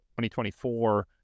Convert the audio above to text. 2024